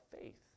faith